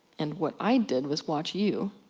and what i did was watch you,